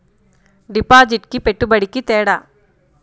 డిపాజిట్కి పెట్టుబడికి తేడా?